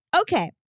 Okay